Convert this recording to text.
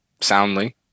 soundly